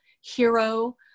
hero